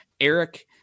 Eric